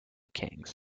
kings